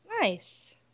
Nice